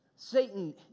Satan